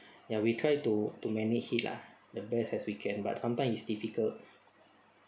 ya we try to to manage it lah the best as we can but sometimes is difficult